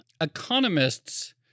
Economists